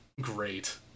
great